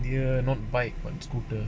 ya not bike but scooter